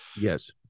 yes